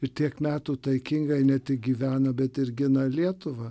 ir tiek metų taikingai ne tik gyvena bet ir gina lietuvą